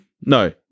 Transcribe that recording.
no